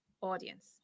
audience